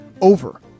Over